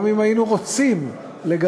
וגם אם היינו רוצים לגלות